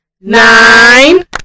nine